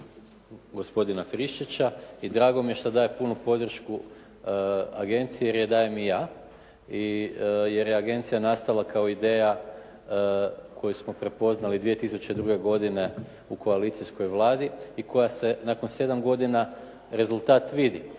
gospodina Friščića i drago mi je što daje punu podršku agenciji jer je dajem i ja i jer je agencija nastala kao ideja koju smo prepoznali 2002. godine u koalicijskoj Vladi i koja se nakon 7 godina rezultat vidi